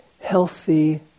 healthy